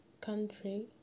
country